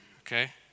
okay